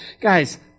guys